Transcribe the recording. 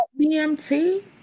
BMT